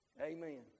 Amen